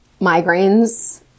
migraines